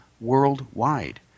worldwide